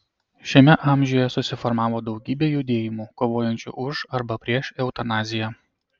šiame amžiuje susiformavo daugybė judėjimų kovojančių už arba prieš eutanaziją